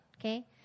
okay